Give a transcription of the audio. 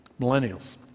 Millennials